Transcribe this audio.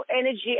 energy